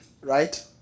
right